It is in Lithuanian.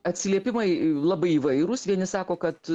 atsiliepimai labai įvairūs vieni sako kad